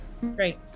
Great